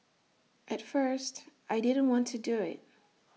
at first I didn't want to do IT